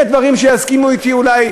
יש דברים שיסכימו אתי אולי,